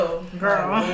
Girl